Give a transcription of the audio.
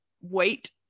wait